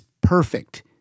perfect